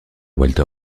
walter